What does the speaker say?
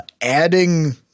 adding